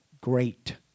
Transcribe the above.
great